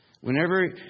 Whenever